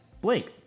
Blake